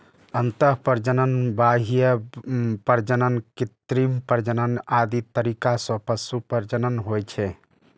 अंतः प्रजनन, बाह्य प्रजनन, कृत्रिम प्रजनन आदि तरीका सं पशु प्रजनन होइ छै